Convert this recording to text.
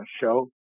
show